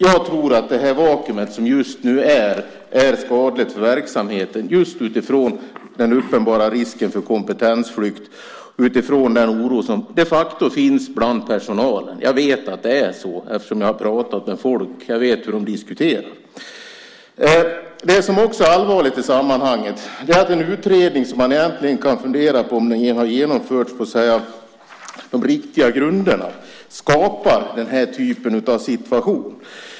Jag tror att det vakuum som just nu råder är skadligt för verksamheten just utifrån den uppenbara risken för kompetensflykt och utifrån den oro som de facto finns bland personalen. Jag vet att det är så eftersom jag har pratat med folk. Jag vet hur de diskuterar. Det som också är allvarligt i sammanhanget är att en utredning som man egentligen kan fundera på om den har genomförts på riktiga grunder skapar den här typen av situation.